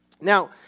Now